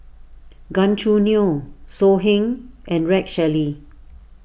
Gan Choo Neo So Heng and Rex Shelley